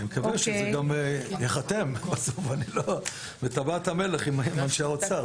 אני גם מקווה שזה ייחתם בסוף בטבעת המלך עם אנשי האוצר.